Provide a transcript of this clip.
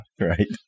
right